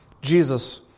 Jesus